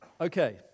Okay